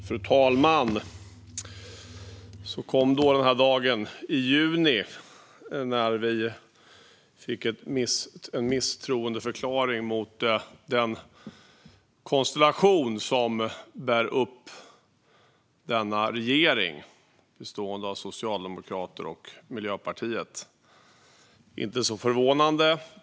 Fru talman! Så kom då den här dagen i juni när vi fick en misstroendeförklaring mot den konstellation som bär upp denna regering, bestående av Socialdemokraterna och Miljöpartiet. Det är inte så förvånande.